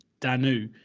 Danu